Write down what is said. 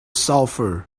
sulfur